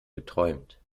geträumt